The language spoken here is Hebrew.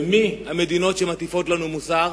ומי המדינות שמטיפות לנו מוסר?